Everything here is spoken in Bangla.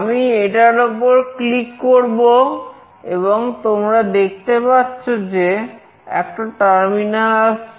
আমি এটার উপর ক্লিক করব এবং তোমরা দেখতে পাচ্ছো যে একটা টার্মিনাল আসছে